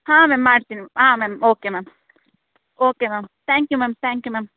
ಹಾಂ ಮ್ಯಾಮ್ ಮಾಡ್ತೀನಿ ಹಾಂ ma'am okay ma'am okay ma'am thank you ma'am thank you ma'am